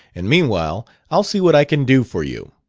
and meanwhile i'll see what i can do for you